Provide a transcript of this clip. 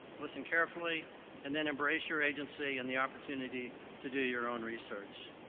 listen carefully and then embrace your agency and the opportunity to do your own research.